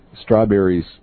strawberries